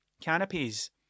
Canopies